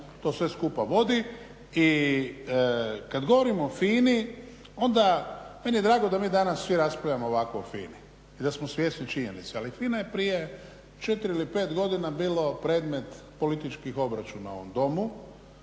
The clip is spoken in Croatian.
to sve skupa vodi. I kad govorimo o FINA-i onda meni je drago da mi danas svi raspravljamo ovako o FINA-i i da smo svjesni činjenice, ali FINA je prije 4-5 godina bilo predmet političkih obračuna u ovom domu,